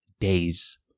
days